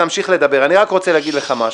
אתה תמשיך לדבר, אני רק רוצה להגיד לך משהו: